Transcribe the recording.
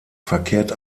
verkehrt